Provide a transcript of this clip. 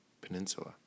peninsula